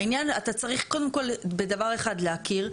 העניין, אתה צריך קודם כל בדבר אחד להכיר.